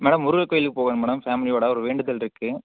madam Murugar கோயிலுக்கு போகணும் madam ஃபேமிலியோடு ஒரு வேண்டுதலிருக்கு